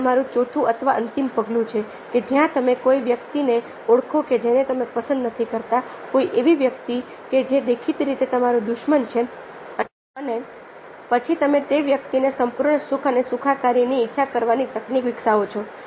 એ તમારું ચોથું અથવા અંતિમ પગલું છે કે જ્યાં તમે કોઈ એવી વ્યક્તિ ને ઓળખો કે જેને તમે પસંદ નથી કરતા કોઈ એવી વ્યક્તિ કે જે દેખીતી રીતે તમારો દુશ્મન છે અને પછી તમે તે વ્યક્તિને સંપૂર્ણ સુખ અને સુખાકારી ની ઈચ્છા કરવાની તકનીક વિકસાવો છો